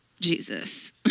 Jesus